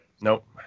Nope